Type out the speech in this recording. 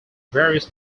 various